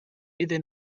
iddyn